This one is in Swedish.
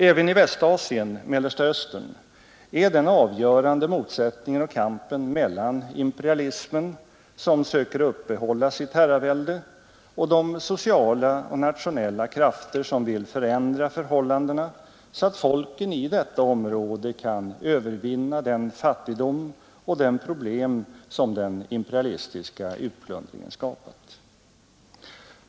Även i Västasien — Mellersta Östern — finns den avgörande motsättningen och kampen mellan imperialismen, som söker upprätthålla sitt herravälde, och de sociala och nationella krafter som söker förändra förhållandena så att folken i detta område kan övervinna den fattigdom och de problem som den imperialistiska utplundringen skapat.